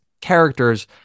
characters